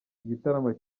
igitaramo